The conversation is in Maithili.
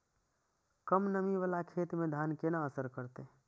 कम नमी वाला खेत में धान केना असर करते?